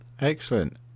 Excellent